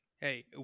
Hey